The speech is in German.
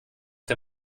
der